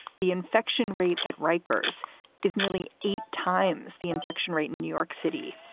the infection rate at rikers is nearly eight times the infection rate in new york city.